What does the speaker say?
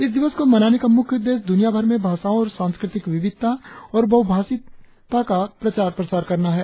इस दिवस को मनाने का मुख्य उद्देश्य दुनियाभर में भाषाओं और सांस्कृतिक विविधता और बहुभाषित का प्रसार करना है